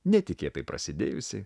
netikėtai prasidėjusi